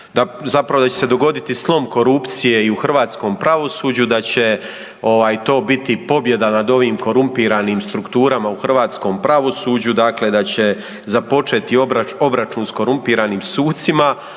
zapravo da će se dogoditi slom korupcije i u hrvatskom pravosuđu, da će ovaj to biti pobjeda nad ovim korumpiranim strukturama u hrvatskom pravosuđu, dakle da će započeti obračun s korumpiranim sucima,